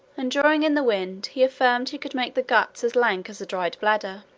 and drawing in the wind, he affirmed he could make the guts as lank as a dried bladder.